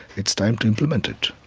it's time to implement it.